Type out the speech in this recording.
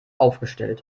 aufgestellt